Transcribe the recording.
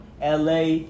LA